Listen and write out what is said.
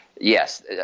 yes